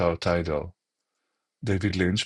באתר טיידל דייוויד לינץ',